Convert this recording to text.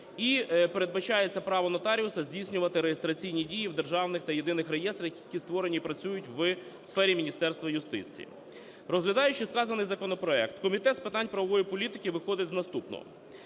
І передбачається право нотаріуса здійснювати реєстраційні дії в державних та єдиних реєстрах, які створені і працюють в сфері Міністерства юстиції. Розглядаючи вказаний законопроект, Комітет з питань правової політики виходив з наступного.